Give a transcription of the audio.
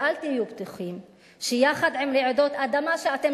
ואל תהיו בטוחים שיחד עם רעידות אדמה שאתם